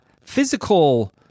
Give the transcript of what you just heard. physical